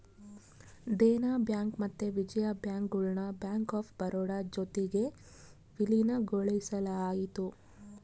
Dena bank ಮತ್ತೆ Vijaya bank ಗುಳ್ನ bank of Baroda ಜೊತಿಗೆ ವಿಲೀನಗೊಳಿಸಲಾಯಿತು